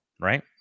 right